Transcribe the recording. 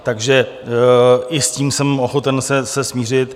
Takže i s tím jsem ochoten se smířit.